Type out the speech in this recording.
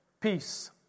peace